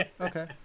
Okay